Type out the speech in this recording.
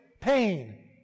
Pain